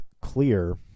clear